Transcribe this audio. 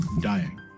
dying